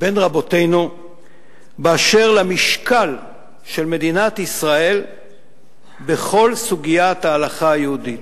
בין רבותינו באשר למשקל של מדינת ישראל בכל סוגיית ההלכה היהודית.